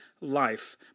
life